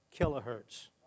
kilohertz